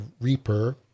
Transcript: Reaper